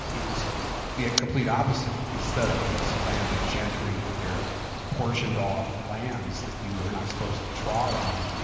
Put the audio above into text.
it was the complete opposite instead of these landed gentry with their portioned off lands that you were not supposed to trod on.